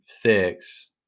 fix